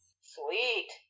Sweet